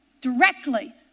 directly